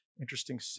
interesting